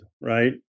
Right